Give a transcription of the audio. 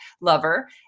lover